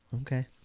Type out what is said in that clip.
Okay